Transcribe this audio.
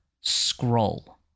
scroll